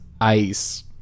Ice